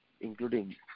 including